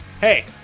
Hey